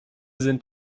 sind